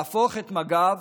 להפוך את מג"ב